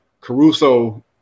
Caruso